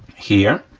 here,